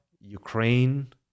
Ukraine